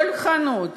כל חנות